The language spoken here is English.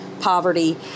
poverty